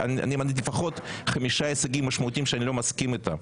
לפחות חמישה הישגים משמעותיים שאני לא מסכים איתם,